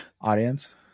audience